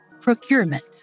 procurement